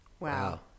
Wow